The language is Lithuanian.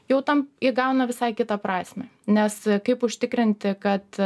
jau tam įgauna visai kitą prasmę nes kaip užtikrinti kad